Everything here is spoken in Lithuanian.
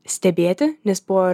stebėti nes buvo